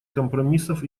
компромиссов